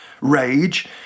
Rage